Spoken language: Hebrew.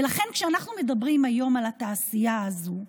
לכן, כשאנחנו מדברים היום על התעשייה הזו,